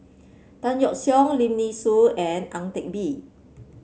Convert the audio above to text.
Tan Yeok Seong Lim Nee Soon and Ang Teck Bee